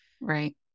Right